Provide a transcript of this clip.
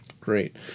Great